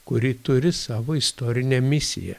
kuri turi savo istorinę misiją